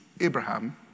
Abraham